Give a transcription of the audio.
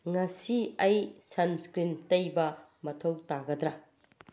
ꯉꯁꯤ ꯑꯩ ꯁꯟ ꯏꯁꯀ꯭ꯔꯤꯟ ꯇꯩꯕ ꯃꯊꯧ ꯇꯥꯒꯗ꯭ꯔ